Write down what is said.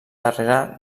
darrere